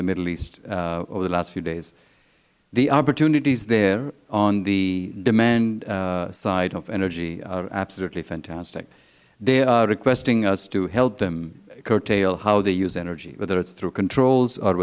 the middle east over the last few days the opportunities there on the demand side of energy are absolutely fantastic they are requesting us to help them curtail how they use energy whether it is through controls or